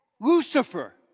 Lucifer